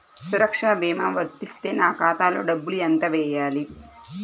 సురక్ష భీమా వర్తిస్తే నా ఖాతాలో డబ్బులు ఎంత వేయాలి?